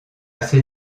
ses